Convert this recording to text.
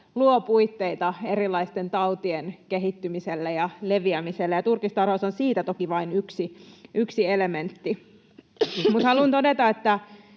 luo puitteita erilaisten tautien kehittymiselle ja leviämiselle, ja turkistarhaus on siitä toki vain yksi elementti. Haluan todeta, että